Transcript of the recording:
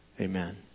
Amen